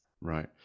Right